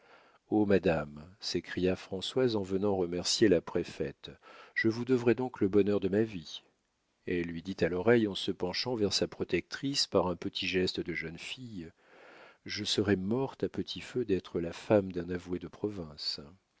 oh madame s'écria françoise en venant remercier la préfète je vous devrai donc le bonheur de ma vie elle lui dit à l'oreille en se penchant vers sa protectrice par un petit geste de jeune fille je serais morte à petit feu d'être la femme d'un avoué de province